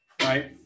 right